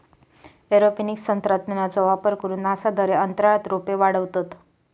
aeroponics तंत्रज्ञानाचो वापर करून नासा द्वारे अंतराळात रोपे वाढवतत